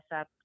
up